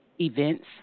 Events